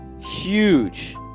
huge